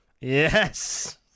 Yes